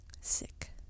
Sick